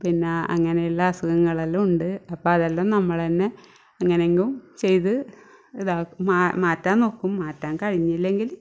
പിന്നെ അങ്ങനെയുള്ള അസുഖങ്ങളെല്ലാം ഉണ്ട് അപ്പം അതെല്ലാം നമ്മൾ തന്നെ അങ്ങനെങ്ങും ചെയ്ത് ഇതാകും മാ മാറ്റാൻ നോക്കും മാറ്റാൻ കഴിഞ്ഞില്ലെങ്കിൽ